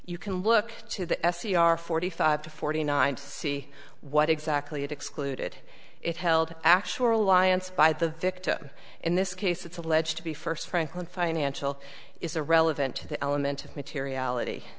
you can look to the s c r forty five to forty nine to see what exactly it excluded it held actually by the victim in this case it's alleged to be first franklin financial is a relevant to the element of materiality